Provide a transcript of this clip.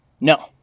No